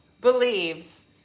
believes